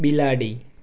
બિલાડી